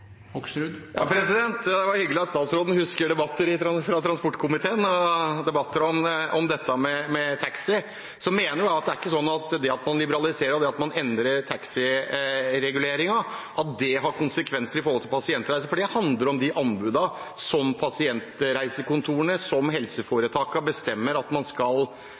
Det er hyggelig at statsråden husker debatter fra transportkomiteen, debatter om taxi. Jeg mener jo at det ikke er slik at det at man liberaliserer, og det at man endrer taxireguleringen, har konsekvenser for pasientreiser, for det handler om de anbudene som helseforetakene bestemmer at skal legges til grunn. Jeg mener at man